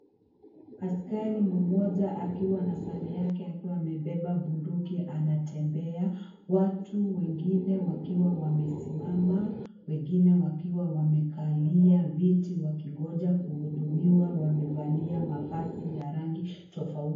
Askari mmoja akiwa na sare yake akiwa amebeba bunduki anatembea. Watu wengine wakiwa wamesimama, wengine wakiwa wamekalia viti wakingoja kuhudumiwa. Wamevalia mavazi ya rangi tofauti.